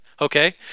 okay